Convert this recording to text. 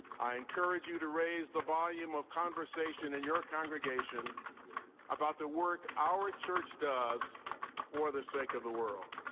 i encourage you to raise the volume of conversation in your congregation about the work our church does for the sake of the world.